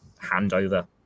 handover